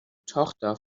tochter